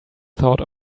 thought